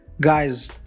Guys